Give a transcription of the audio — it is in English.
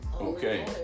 Okay